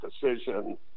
decision